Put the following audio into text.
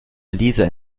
lisa